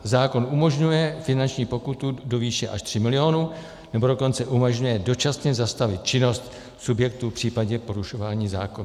Zákon umožňuje finanční pokutu do výše až 3 miliony, nebo dokonce umožňuje dočasně zastavit činnost subjektu v případě porušování zákonů.